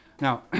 Now